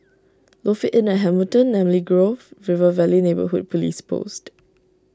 Lofi Inn at Hamilton Namly Grove River Valley Neighbourhood Police Post